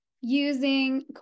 using